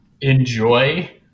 enjoy